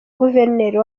guverineri